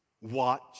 Watch